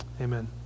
amen